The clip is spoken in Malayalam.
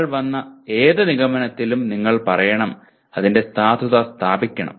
നിങ്ങൾ വന്ന ഏത് നിഗമനത്തിലും നിങ്ങൾ പറയണം അതിന്റെ സാധുത സ്ഥാപിക്കണം